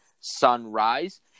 Sunrise